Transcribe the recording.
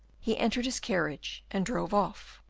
he entered his carriage and drove off.